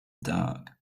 dark